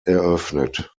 eröffnet